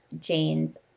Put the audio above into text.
Jane's